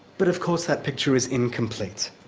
but of course that picture is incomplete.